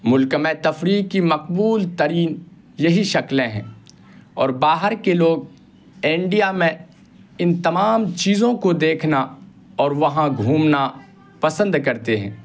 ملک میں تفریح کی مقبول ترین یہی شکلیں ہیں اور باہر کے لوگ انڈیا میں ان تمام چیزوں کو دیکھنا اور وہاں گھومنا پسند کرتے ہیں